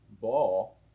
ball